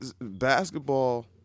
basketball